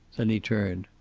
then he turned.